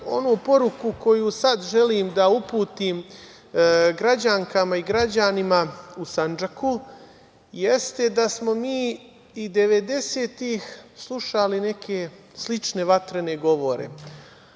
onu poruku koju sad želim da uputim građankama i građanima u Sandžaku jeste da smo mi i devedesetih slušali neke slične vatrene govore,